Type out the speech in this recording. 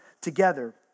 together